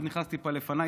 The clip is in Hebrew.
הוא נכנס טיפה לפניי,